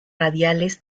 radiales